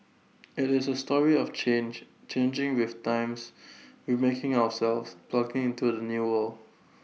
IT is A story of change changing with times remaking ourselves plugging into the new world